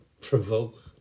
provoke